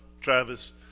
Travis